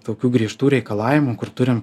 tokių griežtų reikalavimų kur turim